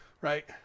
right